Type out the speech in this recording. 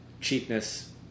cheapness